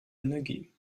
energie